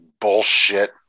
bullshit